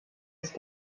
ist